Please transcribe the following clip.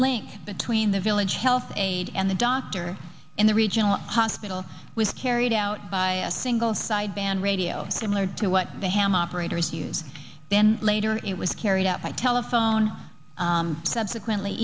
link between the village health aide and the doctor in the regional hospital with carried out by a single sideband radio similar to what the ham operators use then later it was carried out by telephone subsequently